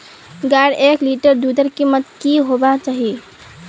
गायेर एक लीटर दूधेर कीमत की होबे चही?